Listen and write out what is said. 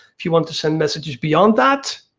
if you want to send messages beyond that,